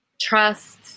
trust